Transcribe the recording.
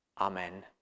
Amen